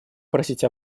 просить